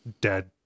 dead